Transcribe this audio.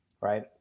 right